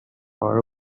far